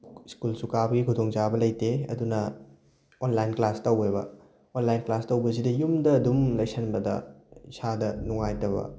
ꯁ꯭ꯀꯨꯜꯁꯨ ꯀꯥꯕꯒꯤ ꯈꯨꯗꯣꯡꯆꯥꯕ ꯂꯩꯇꯦ ꯑꯗꯨꯅ ꯑꯣꯟꯂꯥꯏꯟ ꯀ꯭ꯂꯥꯁ ꯇꯧꯋꯦꯕ ꯑꯣꯟꯂꯥꯏꯟ ꯀ꯭ꯂꯥꯁ ꯇꯧꯕꯁꯤꯗ ꯌꯨꯝꯗ ꯑꯗꯨꯝ ꯂꯩꯁꯟꯕꯗ ꯏꯁꯥꯗ ꯅꯨꯡꯉꯥꯏꯇꯕ